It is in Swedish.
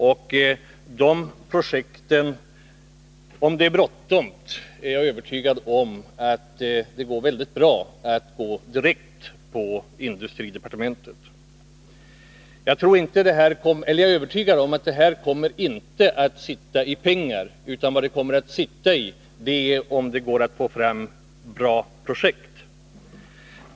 Och jag är övertygad om att det — om det är bråttom vad gäller de projekten — går mycket bra att gå direkt till industridepartementet och begära pengar. Jag är övertygad om att inte pengar kommer att vara ett problem i detta fall, utan problemet kommer att vara att få fram bra projekt.